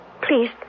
Please